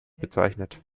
bezeichnet